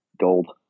Gold